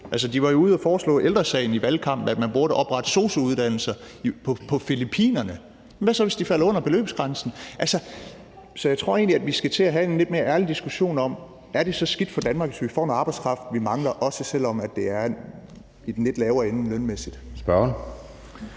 Ældre Sagen var jo under valgkampen ude at foreslå, at man oprettede sosu-uddannelser på Filippinerne. Men hvad så, hvis de falder under beløbsgrænsen? Så jeg tror egentlig, vi skal til at have en lidt mere ærlig diskussion om, om det er så skidt for Danmark, at vi får den arbejdskraft, vi mangler, også selv om den lønmæssigt ligger i den